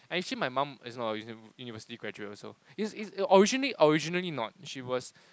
actually my mum is one of a University graduate also is is originally originally not she was